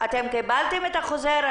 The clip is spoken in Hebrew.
האם קיבלתם את החוזר?